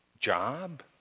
job